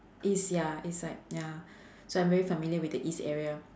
east ya east side ya so I'm very familiar with the east area